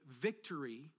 victory